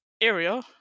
area